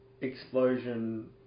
explosion